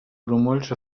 grumolls